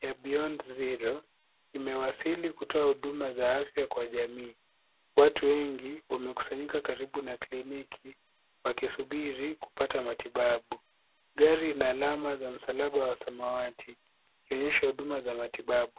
ya Beyond Zero imewasili kutoa huduma za afya kwa jamii. Watu wengi wamekusanyika karibu na kliniki wakisubiri kupata matibabu. Gari ina alama za msalaba wa samawati ikionyesha huduma za matibabu.